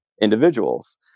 individuals